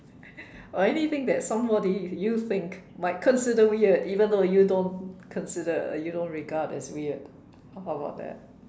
or anything that somebody you think might consider weird even though you don't consider or you don't regard as weird how about that